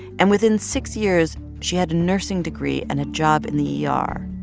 and within six years, she had a nursing degree and a job in the yeah ah er.